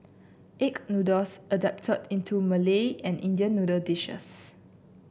egg noodles adapted into Malay and Indian noodle dishes